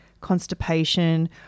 constipation